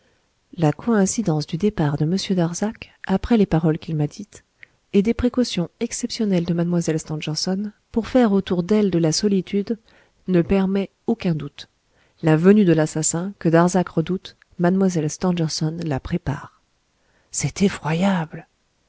la coïncidence du départ de m darzac après les paroles qu'il m'a dites et des précautions exceptionnelles de mlle stangerson pour faire autour d'elle la solitude ne permet aucun doute la venue de l'assassin que darzac redoute mlle stangerson la prépare c'est effroyable